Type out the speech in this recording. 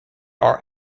are